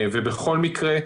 ובכל מקרה,